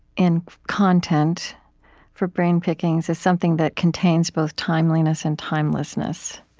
in content for brain pickings is something that contains both timeliness and timelessness